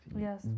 yes